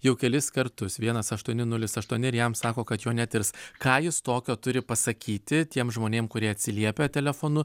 jau kelis kartus vienas aštuoni nulis aštuoni ir jam sako kad jo netirs ką jis tokio turi pasakyti tiems žmonėm kurie atsiliepia telefonu